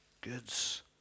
goods